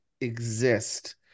exist